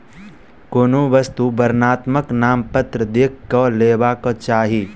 कोनो वस्तु वर्णनात्मक नामपत्र देख के लेबाक चाही